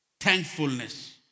Thankfulness